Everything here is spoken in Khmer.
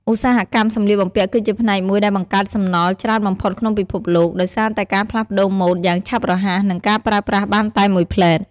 ឧស្សាហកម្មសម្លៀកបំពាក់គឺជាផ្នែកមួយដែលបង្កើតសំណល់ច្រើនបំផុតក្នុងពិភពលោក ដោយសារតែការផ្លាស់ប្តូរម៉ូដយ៉ាងឆាប់រហ័ស និងការប្រើប្រាស់បានតែមួយភ្លែត។